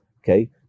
okay